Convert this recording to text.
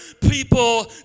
people